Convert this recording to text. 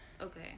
okay